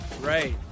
right